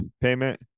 payment